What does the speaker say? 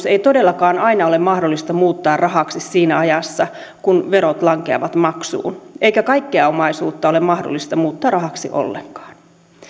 ei todellakaan aina ole mahdollista muuttaa rahaksi siinä ajassa kun verot lankeavat maksuun eikä kaikkea omaisuutta ole mahdollista muuttaa rahaksi ollenkaan